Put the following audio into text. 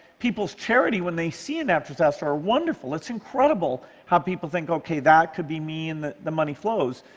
people's charity, when they see a natural disaster, are wonderful. it's incredible how people think, okay, that could be me, and the the money flows.